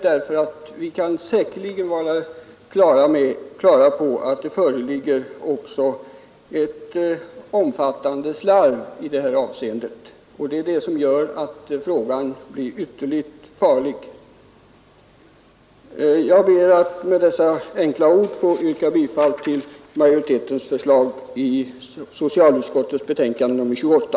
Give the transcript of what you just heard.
Det förekommer säkerligen ett omfattande slarv i dessa sammanhang, och det är det som gör att frågan blir ytterligt farlig. Jag ber att med dessa enkla ord få yrka bifall till utskottsmajoritetens förslag i socialutskottets betänkande nr 28.